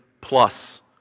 plus